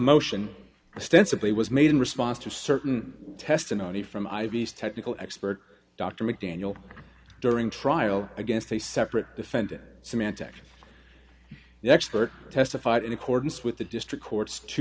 motion extensively was made in response to certain testimony from ivy's technical expert dr mcdaniel during trial against a separate defendant symantec the expert testified in accordance with the district court's two